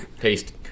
taste